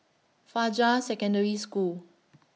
Fajar Secondary School